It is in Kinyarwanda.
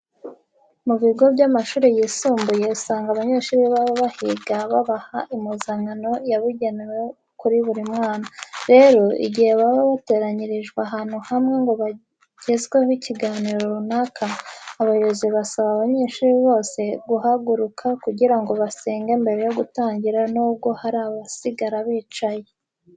Mu bigo by'amashuri yisumbuye usanga abanyeshuri baba bahiga babaha impuzankano yabugenewe kuri buri mwana. Rero, igihe baba bateranyirijwe ahantu hamwe ngo bagezweho ikiganiro runaka, abayobozi basaba abanyeshuri bose guhaguruka kugira ngo basenge mbere yo gutangira nubwo hari abasigara bicaye.